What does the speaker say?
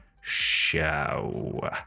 show